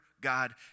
God